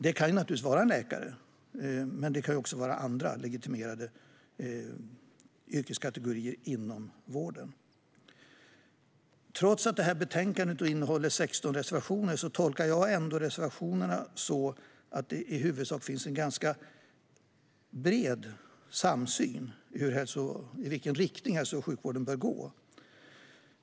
Det kan naturligtvis vara en läkare, men det kan också vara andra legitimerade yrkeskategorier inom vården. Trots att betänkandet innehåller 16 reservationer tolkar jag dem ändå som att det i huvudsak finns en bred samsyn om i vilken riktning hälso och sjukvården bör gå.